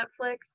Netflix